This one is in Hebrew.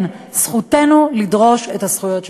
כן, זכותנו לדרוש את הזכויות שלנו.